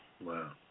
Wow